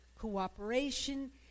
cooperation